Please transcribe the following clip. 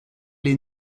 les